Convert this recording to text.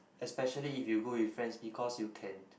especially if you go with friends because you can